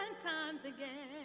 and times again